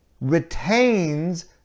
retains